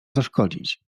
zaszkodzić